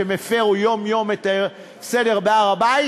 שהפרו יום-יום את הסדר בהר-הבית,